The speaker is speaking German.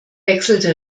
wechselte